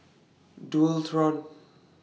Dualtron